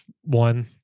one